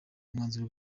umwanzuro